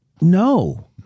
No